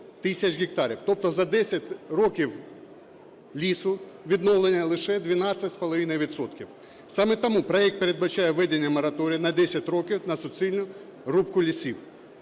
Тобто за 10 років лісу відновлено лише 12,5 відсотків. Саме тому проект передбачає введення мораторію на 10 років на суцільну рубку лісів.